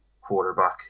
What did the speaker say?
quarterback